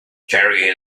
carry